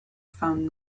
found